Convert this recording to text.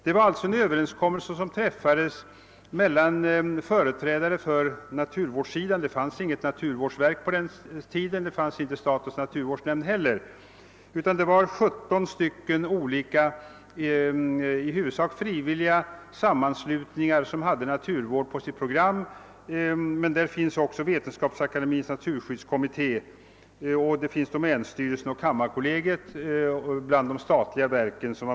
Det var en överenskommelse som träffades mellan Vattenfall och företrädare för naturvårdsintressena. Det fanns inget naturvårdsverk på den tiden och inte heller statens naturvårdsnämnd. Det var i stället 17 olika i huvudsak frivilliga sammanslutningar som hade naturvård på sitt program. Med var också Vetenskapsakademiens naturskyddskommitté, domänstyrelsen och kammarkollegiet bland de statliga verken.